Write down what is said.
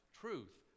truth